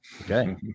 okay